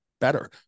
better